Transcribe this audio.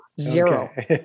Zero